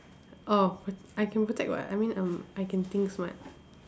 orh p~ I can protect [what] I mean um I can think smart